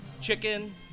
chicken